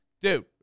dude